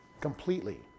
completely